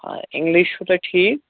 آ اِنٛگلِش چھُ تۄہہِ ٹھیٖک